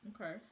Okay